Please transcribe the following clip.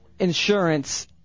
insurance